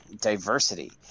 diversity